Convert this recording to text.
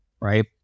Right